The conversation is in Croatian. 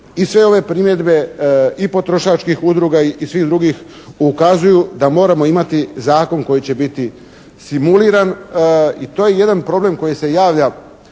i sve ove primjedbe i potrošačkih udruga i svih drugih ukazuju da moramo imati zakon koji će biti simuliran i to je jedan problem koji se javlja